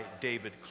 David